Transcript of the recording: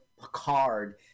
Picard